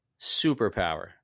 superpower